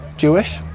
Jewish